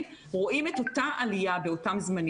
ואז הגיעו אנשים שונים בגילאים שונים